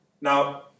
Now